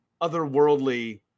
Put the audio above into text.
otherworldly